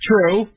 True